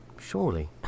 Surely